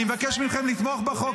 אני מבקש מכם לתמוך בחוק.